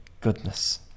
goodness